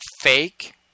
fake